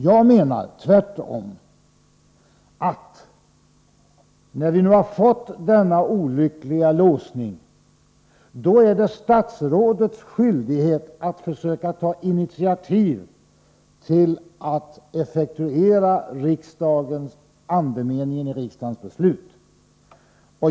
Jag menar tvärtom att när vi nu har fått denna olyckliga låsning är det statsrådets skyldighet att försöka ta initiativ till att effektuera andemeningen iriksdagens beslut.